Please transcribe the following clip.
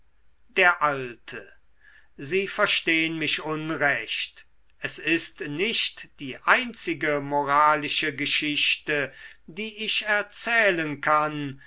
der alte sie verstehn mich unrecht es ist nicht die einzige moralische geschichte die ich erzählen kann